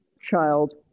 child